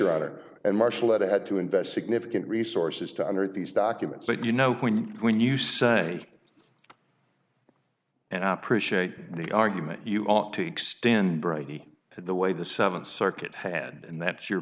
honor and marshall that i had to invest significant resources to under these documents but you know when when you say and i appreciate the argument you ought to extend brady the way the seven circuit head and that's your